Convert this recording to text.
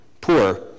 poor